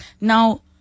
Now